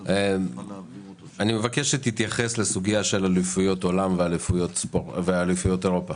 אני מבקש שתתייחס לסוגיה של אליפויות עולם ואליפויות אירופה.